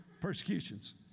persecutions